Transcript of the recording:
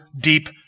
deep